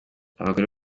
abagore